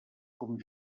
com